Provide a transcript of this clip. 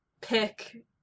pick